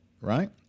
right